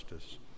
justice